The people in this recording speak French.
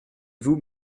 vous